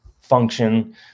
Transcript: function